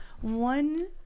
one